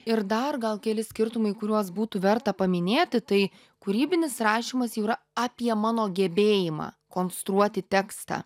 ir dar gal keli skirtumai kuriuos būtų verta paminėti tai kūrybinis rašymas jau yra apie mano gebėjimą konstruoti tekstą